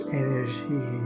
energy